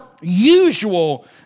usual